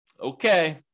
Okay